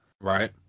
Right